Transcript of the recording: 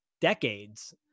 decades